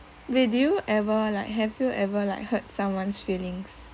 wait do you ever like have you ever like hurt someone's feelings